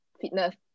fitness